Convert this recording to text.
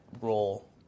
role